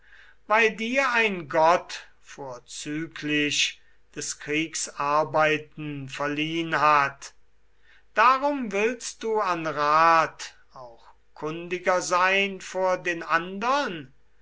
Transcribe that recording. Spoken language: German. weil dir ein gott vorzüglich des kriegs arbeiten verliehn hat darum willst du an rat auch kundiger sein vor den andern